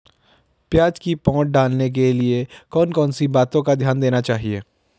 प्याज़ की पौध डालने के लिए कौन कौन सी बातों का ध्यान देना चाहिए?